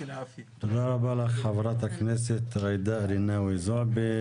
תודה רבה לך ח"כ ג'ידא רינאווי זועבי.